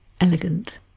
elegant